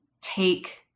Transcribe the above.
take